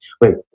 Wait